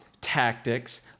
Tactics